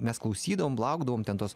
mes klausydavom laukdavom ten tos